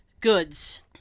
goods